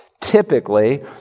typically